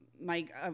Mike